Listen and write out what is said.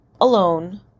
alone